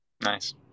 Nice